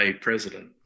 president